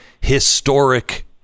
historic